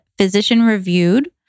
physician-reviewed